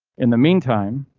in the meantime.